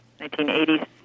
1980s